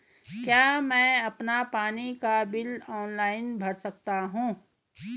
क्या मैं अपना पानी का बिल ऑनलाइन भर सकता हूँ?